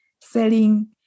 selling